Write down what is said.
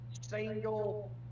single